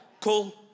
Cool